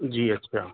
جی اچھا